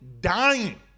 dying